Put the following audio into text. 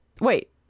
wait